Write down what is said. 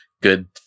good